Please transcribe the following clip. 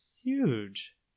huge